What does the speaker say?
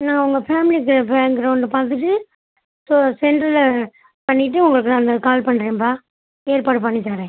ம் நான் உங்கள் ஃபேம்லி பே பேக்ரவுண்டை பார்த்துட்டு இப்போது சென்டரில் பண்ணிவிட்டு உங்களுக்கு நான் கால் பண்ணுறேன்பா ஏற்பாடு பண்ணி தரேன்